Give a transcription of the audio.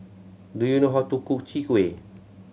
do you know how to cook Chwee Kueh